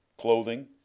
clothing